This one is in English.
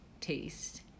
taste